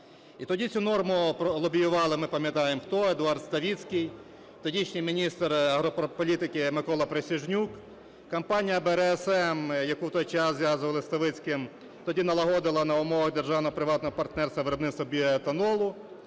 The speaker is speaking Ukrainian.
І тоді цю норму пролобіювали, ми пам'ятаємо хто, Едуард Ставицький, тодішній міністр агрополітики Микола Присяжнюк. Компанія "БРСМ", яку в той час зв'язували з Ставицьким, тоді налагодила на умовах держаного приватного партнерства виробництво біоетанолу